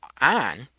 on